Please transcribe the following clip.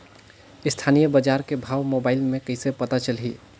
स्थानीय बजार के भाव मोबाइल मे कइसे पता चलही?